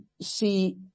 see